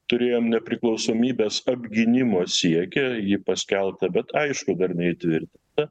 turėjom nepriklausomybės apgynimo siekį jį paskelbtą bet aišku dar neįtvirtintą